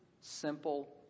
simple